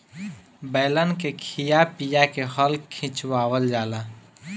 बैलन के खिया पिया के हल खिचवावल जाला